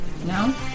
No